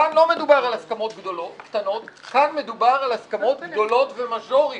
כאן לא מדובר על ההסכמות קטנות; כאן מדובר על הסכמות גדולות ומז'וריות.